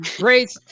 Great